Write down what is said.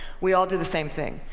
we all do the same thing.